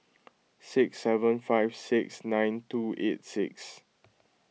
six seven five six nine two eight six